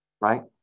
Right